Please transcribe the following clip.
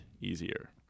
easier